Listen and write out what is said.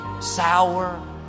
sour